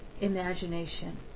imagination